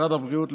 משרד הבריאות,